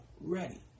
ready